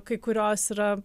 kai kurios yra